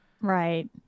Right